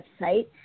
website